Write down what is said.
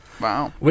wow